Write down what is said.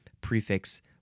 prefix